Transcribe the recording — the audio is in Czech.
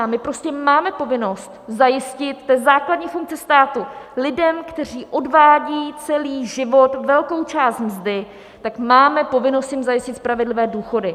My prostě máme povinnost zajistit základní funkce státu lidem, kteří odvádějí celý život velkou část mzdy, tak máme povinnost jim zajistit spravedlivé důchody.